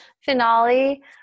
finale